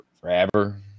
forever